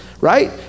Right